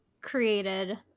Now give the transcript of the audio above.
created